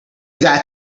that